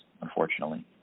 unfortunately